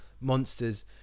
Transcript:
monsters